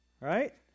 right